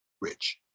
Rich